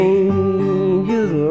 angels